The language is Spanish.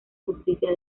justicia